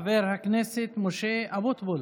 תודה, חבר הכנסת משה אבוטבול.